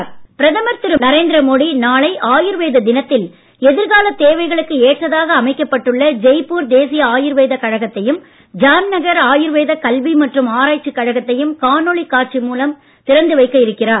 மோடி ஆயுர்வேதம் பிரதமர் திரு நரேந்திர மோடி நாளை ஆயுர்வேத தினத்தில் எதிர்காலத் தேவைகளுக்கு ஏற்றதாக அமைக்கப்பட்டுள்ள ஜெய்பூர் தேசிய ஆயுர்வேதக் கழகத்தையும் ஜாம்நகர் ஆயுர்வேதக் கல்வி மற்றும் ஆராய்ச்சிக் கழகத்தையும் காணொளி காட்சி மூலம் திறந்து வைக்க இருக்கிறார்